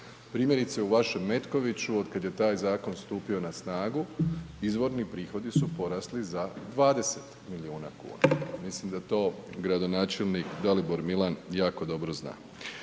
Primjerice u vašem Metkoviću, od kada je taj zakon stupio na snagu, izvorni prihodi, su porasli za 20 milijuna kuna. Mislim da to gradonačelnik, Dalibor Milan jako dobro zna.